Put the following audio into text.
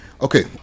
Okay